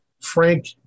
Frank